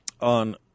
on